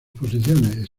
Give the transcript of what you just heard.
posiciones